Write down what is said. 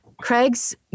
Craig's